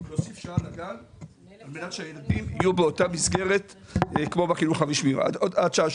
על מנת שהילדים יהיו באותה מסגרת עד שעה